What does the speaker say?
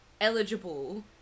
eligible